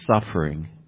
suffering